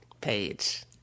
page